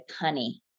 honey